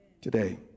today